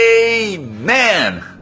Amen